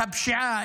-- את הפשיעה,